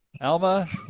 Alma